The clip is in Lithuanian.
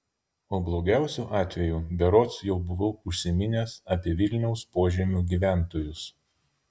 o blogiausiu atveju berods jau buvau užsiminęs apie vilniaus požemių gyventojus